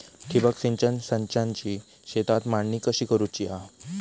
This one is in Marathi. ठिबक सिंचन संचाची शेतात मांडणी कशी करुची हा?